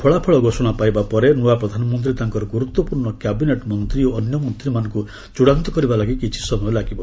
ଫଳାଫଳ ଘୋଷଣା ପାଇବା ପରେ ନୂଆ ପ୍ରଧାନମନ୍ତ୍ରୀ ତାଙ୍କର ଗୁରୁତ୍ୱପୂର୍ଣ୍ଣ କ୍ୟାବିନେଟ୍ ମନ୍ତ୍ରୀ ଓ ଅନ୍ୟ ମନ୍ତ୍ରୀମାନଙ୍କୁ ଚୂଡ଼ାନ୍ତ କରିବା ଲାଗି କିଛି ସମୟ ଲାଗିବ